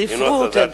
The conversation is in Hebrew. בספרות,